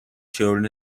children